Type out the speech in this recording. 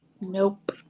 Nope